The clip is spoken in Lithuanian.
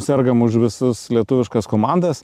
sergam už visas lietuviškas komandas